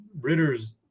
Ritters